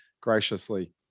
graciously